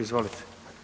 Izvolite.